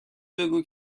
بگو